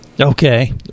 Okay